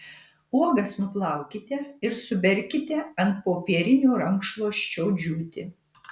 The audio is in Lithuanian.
uogas nuplaukite ir suberkite ant popierinio rankšluosčio džiūti